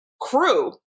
crew